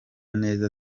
neza